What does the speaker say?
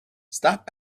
stop